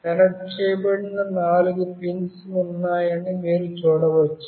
connect చేయబడిన నాలుగు pins ఉన్నాయని మీరు చూడవచ్చు